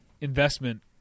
investment